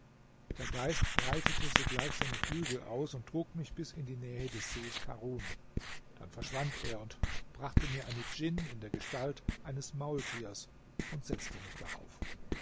der geist breitete sogleich seine flügel aus und trug mich bis in die nähe des sees karun dann verschwand er und brachte mir eine djinn in der gestalt eines maultiers und setzte mich darauf